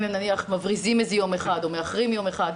אם הם מבריזים או מאחרים יום אחד,